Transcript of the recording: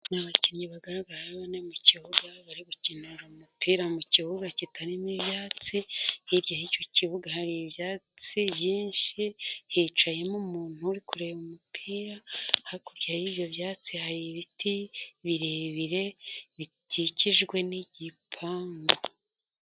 Ni abakinnyi bagaragara bane mu kibuga, bari gukinira umupira mu kibuga kitarimo ibyatsi, hirya y'icyo kibuga hari ibyatsi byinshi, hicayemo umuntu uri kureba umupira, hakurya y'ibyo byatsi hari ibiti birebire bikikijwe n'igipangu.